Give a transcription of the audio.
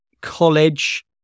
college